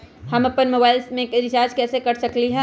हम अपन मोबाइल में रिचार्ज कैसे कर सकली ह?